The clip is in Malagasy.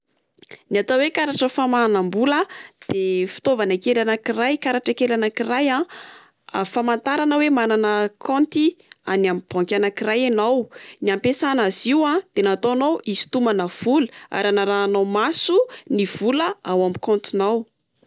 Ny atao oe karatra famahanambola de fitaovana kely anak'iray karatra kely anak'iray a famantarana oe manana kaonty any amin'ny banky anak'iray ianao. Ny ampiasana azy io a de nataonao hisitomana vola ary anarahanao maso ny vola ao amin'ny kaontinao.